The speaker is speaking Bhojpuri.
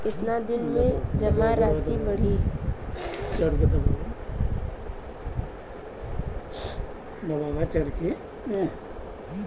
कितना दिन में जमा राशि बढ़ी?